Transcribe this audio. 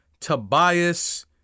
Tobias